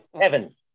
heaven